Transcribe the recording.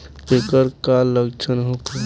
ऐकर का लक्षण होखे?